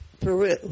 Peru